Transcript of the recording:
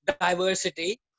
diversity